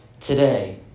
today